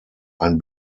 ein